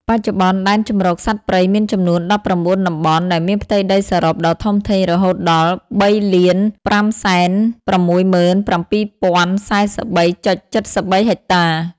បច្ចុប្បន្នដែនជម្រកសត្វព្រៃមានចំនួន ១៩ តំបន់ ដែលមានផ្ទៃដីសរុបដ៏ធំធេងរហូតដល់ ៣,៥៦៧,០៤៣.៧៣ ហិកតា។